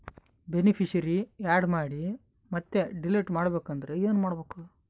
Beneficiary, add ಮಾಡಿ ಮತ್ತೆ delete ಮಾಡಬೇಕೆಂದರೆ ಏನ್ ಮಾಡಬೇಕು?